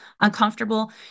uncomfortable